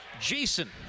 Jason